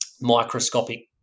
microscopic